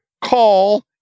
call